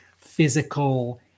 physical